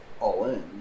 all-in